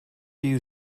you